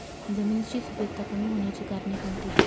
जमिनीची सुपिकता कमी होण्याची कारणे कोणती?